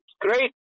great